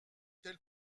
telle